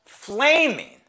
flaming